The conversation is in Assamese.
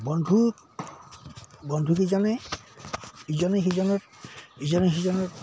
বন্ধু বন্ধুকেইজনে ইজনে সিজনত ইজনে সিজনৰ